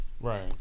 Right